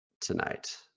tonight